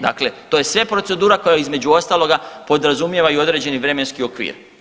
Dakle, to je sve procedura koja između ostaloga podrazumijeva i određeni vremenski okvir.